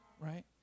right